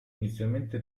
inizialmente